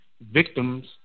victims